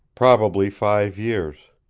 probably five years.